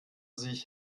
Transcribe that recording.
sich